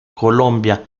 colombia